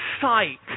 sight